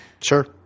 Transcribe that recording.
Sure